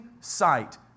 sight